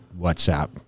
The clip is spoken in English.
WhatsApp